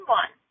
one